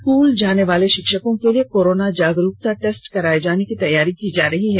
school जाने वाले शिक्षकों के लिए कोरोना जागरूकता टेस्ट कराये जाने की तैयारी की जा रही है